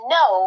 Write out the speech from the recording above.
no